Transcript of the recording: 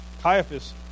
Caiaphas